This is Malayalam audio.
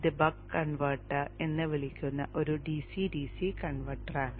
ഇത് ബക്ക് കൺവെർട്ടർ എന്ന് വിളിക്കപ്പെടുന്ന ഒരു DC DC കൺവെർട്ടറാണ്